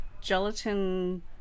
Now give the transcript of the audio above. gelatin